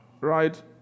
right